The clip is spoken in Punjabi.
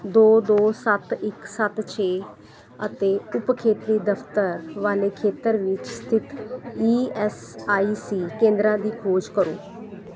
ਦੋ ਦੋ ਸੱਤ ਇੱਕ ਸੱਤ ਛੇ ਅਤੇ ਉੱਪ ਖੇਤਰੀ ਦਫ਼ਤਰ ਵਾਲੇ ਖੇਤਰ ਵਿੱਚ ਸਥਿਤ ਈ ਐੱਸ ਆਈ ਸੀ ਕੇਂਦਰਾਂ ਦੀ ਖੋਜ ਕਰੋ